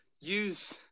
use